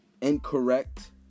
incorrect